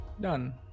Done